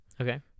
Okay